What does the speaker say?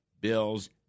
bills